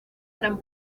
gran